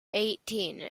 eighteen